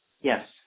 Yes